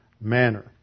manner